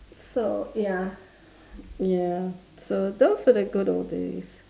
so ya ya so those were the good old days